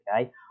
okay